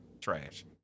Trash